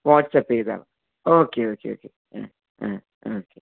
WhatsApp ചെയ്താൽ okay okay okay ആ ആ ആ ഓക്കെ